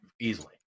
easily